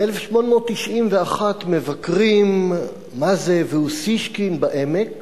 ב-1891 מבקרים מזא"ה ואוסישקין בעמק